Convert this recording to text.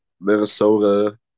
Minnesota